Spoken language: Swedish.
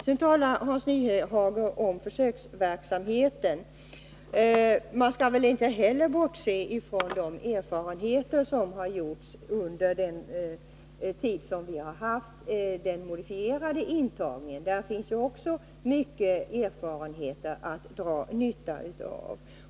Sedan talar Hans Nyhage om försöksverksamheten. Man skall väl inte heller bortse från de erfarenheter som har gjorts under den tid vi har haft den modifierade intagningen. Där finns också många erfarenheter att dra nytta av.